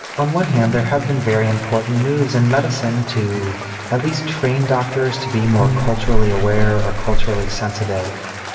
on one hand there have been very important moves in medicine to at least train doctors to be more culturally aware or culturally sensitive.